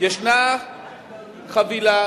יש חבילה